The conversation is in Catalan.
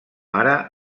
ara